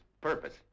purpose